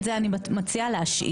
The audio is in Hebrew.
את זה אני מציעה להשאיר.